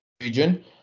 region